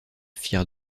firent